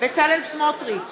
בצלאל סמוטריץ,